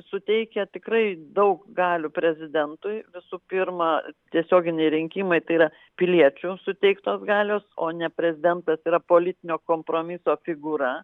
suteikia tikrai daug galių prezidentui visų pirma tiesioginiai rinkimai tai yra piliečių suteiktos galios o ne prezidentas yra politinio kompromiso figūra